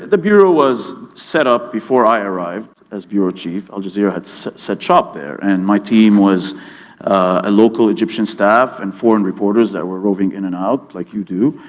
the bureau was set up before i arrived as bureau chief, al jazeera had so set up shop there, and my team was a local egyptian staff and foreign reporters that were roving in and out like you do.